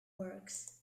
works